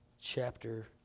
chapter